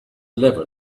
eleven